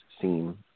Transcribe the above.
seem